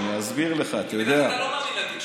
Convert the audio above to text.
כי בדרך כלל אתה לא מאמין לתקשורת.